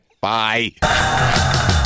Bye